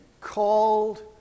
called